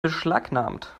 beschlagnahmt